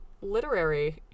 literary